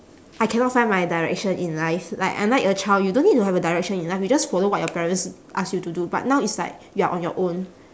I cannot find my direction in life like unlike a child you don't need to have a direction in life you just follow what your parents ask you to do but now it's like you are on your own